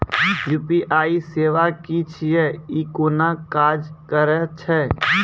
UPI सेवा की छियै? ई कूना काज करै छै?